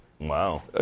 Wow